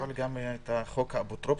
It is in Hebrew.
את משנה גם את חוק האפוטרופסות,